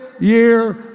year